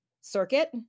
circuit